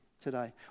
today